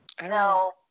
No